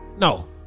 No